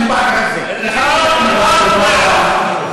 במיוחד (אומר בערבית: לבעלי האדמה.